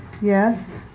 Yes